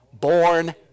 born